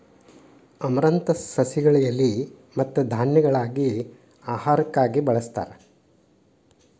amaranthus ಸಸಿಗಳ ಎಲಿ ಮತ್ತ ಧಾನ್ಯಗಳಾಗಿ ಆಹಾರಕ್ಕಾಗಿ ಬಳಸ್ತಾರ